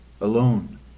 alone